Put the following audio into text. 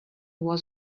was